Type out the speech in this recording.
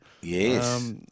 Yes